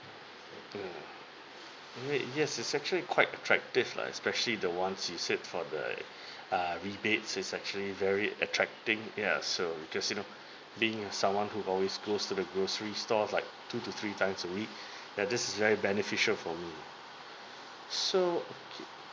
mm yes it's actually quite attractive lah especially the ones you said for the err rebate is actually very attracting ya so because you know being someone who always goes to the grocery stores like two to three times a week ya this is very beneficial for me so kay~